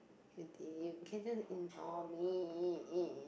you can just ignore me